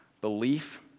belief